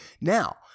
Now